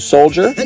Soldier